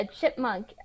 chipmunk